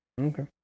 Okay